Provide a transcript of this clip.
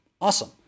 Awesome